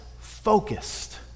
focused